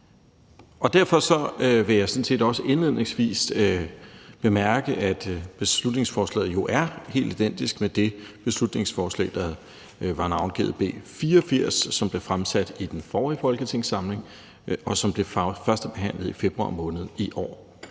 ud. Derfor vil jeg sådan set også indledningsvis bemærke, at beslutningsforslaget jo er helt identisk med det beslutningsforslag, der var navngivet B 84 og blev fremsat i den forrige folketingssamling, og som blev førstebehandlet i februar måned i år.